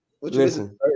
Listen